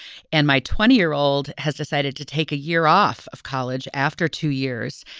and my twenty year old has decided to take a year off of college after two years.